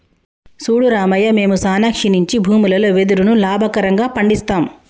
సూడు రామయ్య మేము సానా క్షీణించి భూములలో వెదురును లాభకరంగా పండిస్తాము